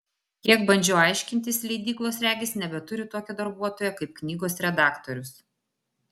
kiek bandžiau aiškintis leidyklos regis nebeturi tokio darbuotojo kaip knygos redaktorius